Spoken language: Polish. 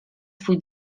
swój